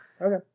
Okay